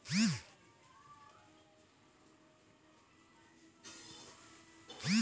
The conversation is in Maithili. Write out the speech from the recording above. अखिनका खाता के वेतन खाता मे बदलै लेली अपनो बैंको के आवेदन करे पड़ै छै